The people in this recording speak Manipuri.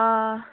ꯑꯥ